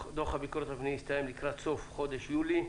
הביקורת יסתיים לקראת סוף חודש יולי,